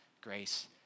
grace